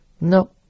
No